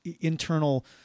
internal